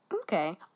Okay